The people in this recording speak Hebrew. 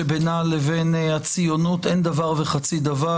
שבינה לבין הציונות אין דבר וחצי דבר,